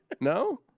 No